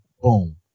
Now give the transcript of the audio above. Boom